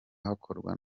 hakorwa